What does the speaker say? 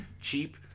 cheap